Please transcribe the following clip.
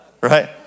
Right